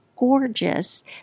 Gorgeous